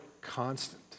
constant